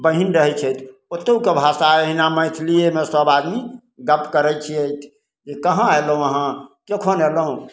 बहिन रहय छथि ओतहुके भी भाषा एहिना मैथिलियेमे सब आदमी गप्प करय छियै कि कहाँ अयलहुँ अहाँ कखन अयलहुँ